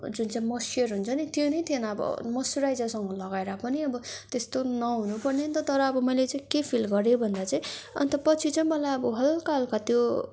जुन चाहिँ मोस्चयर हुन्छ नि त्यो नै थिएन अब मोस्चुराइजरसँग लगाएर पनि अब त्यस्तो नहुनु पर्ने नि त तर अब मैले चाहिँ के फिल गरे भन्दा चाहिँ अन्त पछि चाहिँ मलाई अब हल्का हल्का त्यो